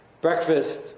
breakfast